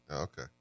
Okay